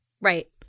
Right